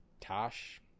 tosh